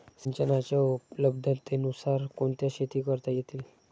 सिंचनाच्या उपलब्धतेनुसार कोणत्या शेती करता येतील?